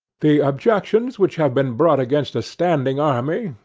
the objections which have been brought against a standing army,